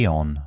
on